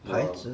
牌子